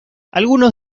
algunos